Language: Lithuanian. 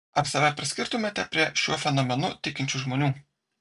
ar save priskirtumėte prie šiuo fenomenu tikinčių žmonių